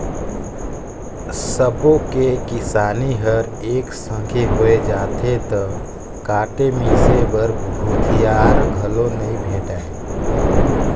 सबो के किसानी हर एके संघे होय जाथे त काटे मिसे बर भूथिहार घलो नइ भेंटाय